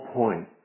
point